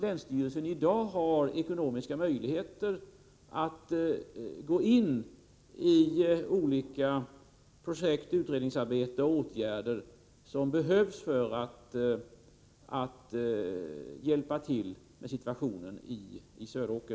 Länsstyrelsen har i dag ekonomiska möjligheter att gå ini olika projekt och utredningsarbeten och vidta de åtgärder som behövs för att förbättra situationen i Söråker.